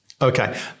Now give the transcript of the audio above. Okay